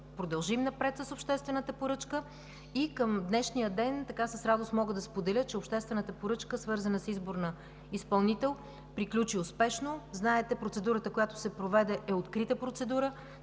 продължим напред с обществената поръчка и към днешния ден с радост мога да споделя, че обществената поръчка, свързана с избор на изпълнител, приключи успешно. Знаете, че процедурата, която се проведе, е открита процедура.